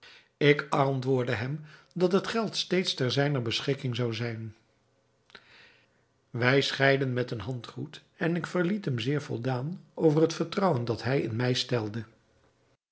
ik antwoordde hem dat het geld steeds ter zijner beschikking zou zijn wij scheiden met een handgroet en ik verliet hem zeer voldaan over het vertrouwen dat hij in mij stelde